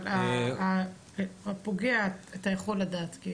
אבל הפוגע אתה יכול לדעת.